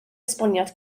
esboniad